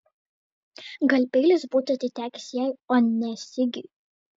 gal peilis būtų atitekęs jai o ne sigiui